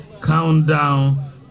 countdown